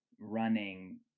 running